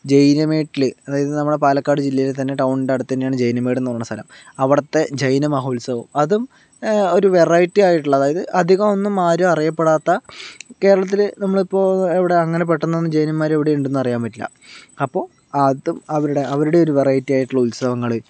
ജയിനമേട്ടില് അതായത് നമ്മുടെ പാലക്കട് ജില്ലയില് തന്നെ ടൗണിൻ്റ അടുത്ത് തന്നെയാണ് ജയിനമേട് എന്ന് പറയണ സ്ഥലം അവിടത്തെ ജയിന മഹോത്സവം അതും ഒരു വെറൈറ്റി ആയിട്ടുള്ള അതായത് അധികം ഒന്നും ആരും അറിയപ്പെടാത്ത കേരളത്തില് നമ്മളിപ്പോൾ എവിടെയാണ് അങ്ങനെ പെട്ടെന്നൊന്നും ജെയിനാമ്മാര് എവിടെയും ഉണ്ടെന്ന് അറിയാൻ പറ്റില്ല അപ്പോൾ അതും അവരുടെ അവരുടെയൊരു വെറൈറ്റി ആയിട്ടുള്ള ഉത്സവങ്ങള്